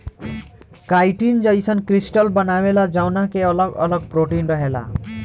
chitin जईसन crystal बनावेला जवना के अगल अगल प्रोटीन रहेला